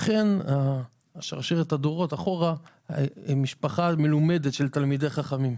לכן, שרשרת הדורות אחורה היא של תלמידי חכמים.